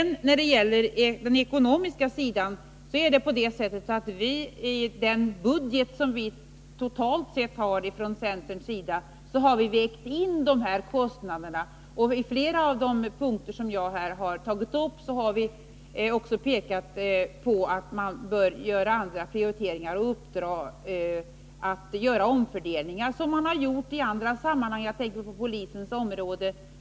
När det gäller den ekonomiska sidan har centern i sin budget totalt sett vägt in kostnaderna. På flera av de punkter som jag har tagit upp har vi också pekat på att man bör göra andra prioriteringar och uppdra åt regeringen att göra omfördelningar, såsom man har gjort i andra sammanhang — jag tänker på polisens område.